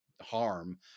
harm